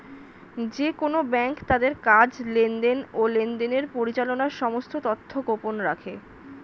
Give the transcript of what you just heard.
যেকোন ব্যাঙ্ক তাদের কাজ, লেনদেন, ও লেনদেনের পরিচালনার সমস্ত তথ্য গোপন রাখে